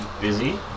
busy